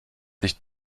nicht